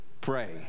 pray